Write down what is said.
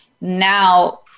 now